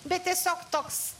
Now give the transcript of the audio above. bet tiesiog toks